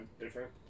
different